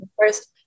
first